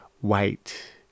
white